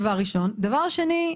דבר שני,